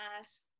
ask